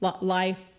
life